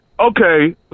okay